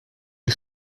ils